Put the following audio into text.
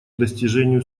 достижению